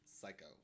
Psycho